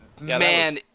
man